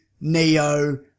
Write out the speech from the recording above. Neo